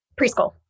Preschool